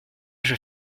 vais